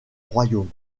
royaume